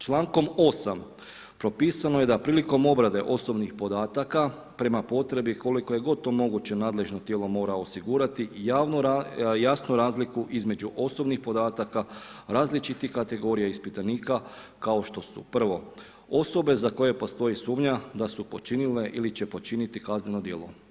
Člankom 8. propisano je da priliko obrade osobnih podataka prema potrebi koliko je god to moguće nadležno tijelo mora osigurati jasnu razliku između osobnih podataka različitih kategorija ispitanika kao što su: 1.- Osobe za koje postoji sumnja da su počinile ili će počiniti kazneno djelo.